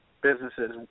businesses